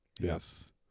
Yes